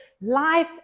life